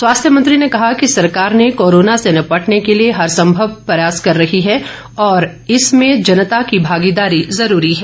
स्वास्थ्य मंत्री ने कहा कि सरकार से कोरोना से निपटने के लिए हरसंभव प्रयास कर रही है और इसमें जनता की भागीदारी ज़रूरी है